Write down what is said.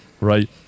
right